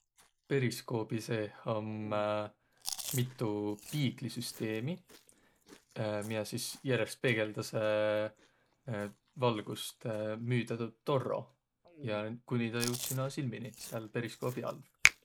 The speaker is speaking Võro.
Periskoobi seeh om mitu piiglisüsteemi, miä sis järest peegeldäseq valgust müüdä tuud torro ja kuni tä joud sino silminiq sääl periskoobi all.